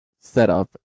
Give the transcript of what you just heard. setup